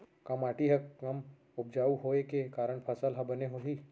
का माटी हा कम उपजाऊ होये के कारण फसल हा बने होही?